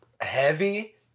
heavy